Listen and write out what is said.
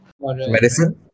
Medicine